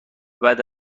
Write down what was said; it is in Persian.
بعد